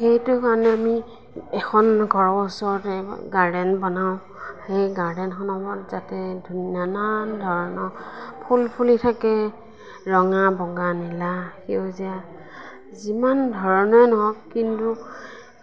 সেইটো কাৰণে আমি এখন ঘৰৰ ওচৰতে গাৰ্ডেন বনাওঁ সেই গাৰ্ডেনখনত যাতে ধু নানান ধৰণৰ ফুল ফুলি থাকে ৰঙা বগা নীলা সেউজীয়া যিমান ধৰণৰ নহওক কিন্তু